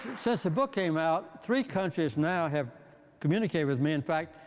since the book came out, three countries now have communicated with me in fact,